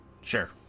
Sure